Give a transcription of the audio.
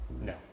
No